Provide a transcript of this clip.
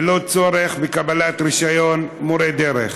ללא צורך בקבלת רישיון מורה דרך.